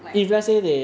like